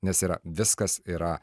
nes yra viskas yra